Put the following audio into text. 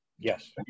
Yes